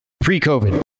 pre-COVID